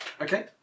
Okay